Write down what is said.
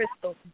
crystal